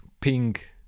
pink